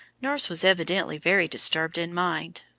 nurse was evidently very disturbed in mind,